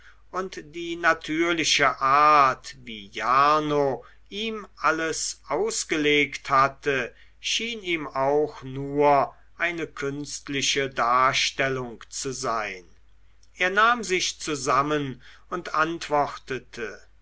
und die natürliche art wie jarno ihm alles ausgelegt hatte schien ihm auch nur eine künstliche darstellung zu sein er nahm sich zusammen und antwortete